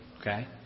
Okay